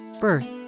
birth